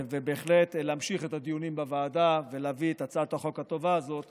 ובהחלט להמשיך את הדיונים בוועדה ולהביא את הצעת החוק הטובה הזאת